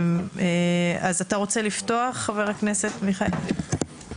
אתה רוצה לפתוח, חבר הכנסת מיכאל?